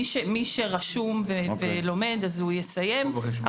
מי שרשום ולומד, יסיים.